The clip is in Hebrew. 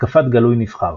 התקפת גלוי-נבחר.